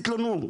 תתלוננו',